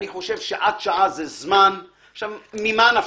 ממה נפשך?